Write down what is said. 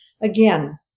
Again